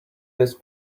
this